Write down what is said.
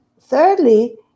thirdly